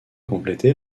complété